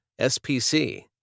SPC